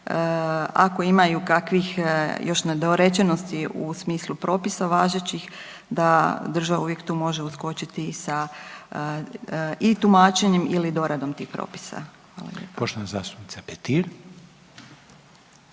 ako imaju kakvih još nedorečenosti u smislu propisa važećih, da država uvijek tu može uskočiti sa i tumačenjem ili doradom tih propisa. Hvala lijepo.